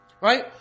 Right